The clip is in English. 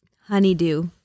Honeydew